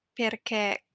perché